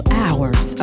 hours